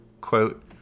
quote